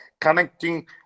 Connecting